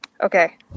Okay